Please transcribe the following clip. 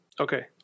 Okay